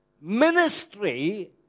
Ministry